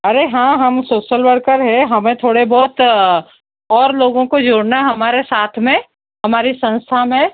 अरे हाँ हम सोशल वर्कर हैं हमें थोड़ा बहुत और लोगों को जोड़ना है हमारे साथ में हमारी संस्था में